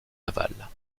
aval